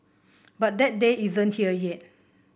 but that day isn't here yet